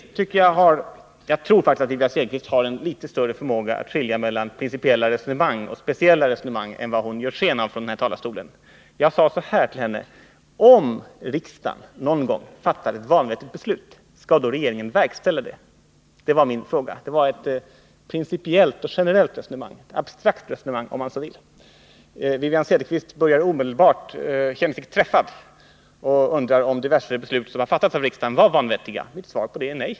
Jag tror faktiskt att Wivi-Anne Cederqvist har litet större förmåga att skilja mellan principiella resonemang och speciella omdömen än vad hon från talarstolen gav sken av. Jag sade så här till henne: Om riksdagen någon gång fattar ett vanvettigt beslut, skall då regeringen verkställa det? Det var ett principiellt och generellt resonemang — ett abstrakt resonemang om man så vill. Wivi-Anne Cederqvist känner sig träffad och undrar om diverse beslut som har fattats av riksdagen var vanvettiga. Mitt svar på det är nej.